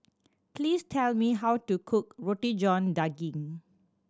please tell me how to cook Roti John Daging